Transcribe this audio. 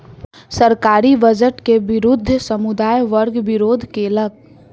सरकारी बजट के विरुद्ध समुदाय वर्ग विरोध केलक